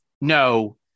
no